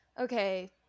Okay